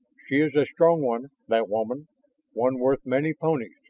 she is a strong one, that woman one worth many ponies.